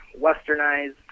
westernized